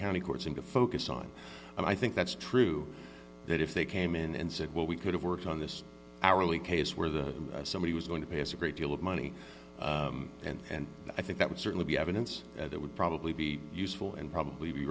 county courts and to focus on i think that's true that if they came in and said well we could have worked on this hourly case where that somebody was going to pass a great deal of money and i think that would certainly be evidence that would probably be useful and probably be